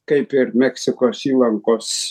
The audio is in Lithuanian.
kaip ir meksikos įlankos